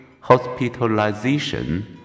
hospitalization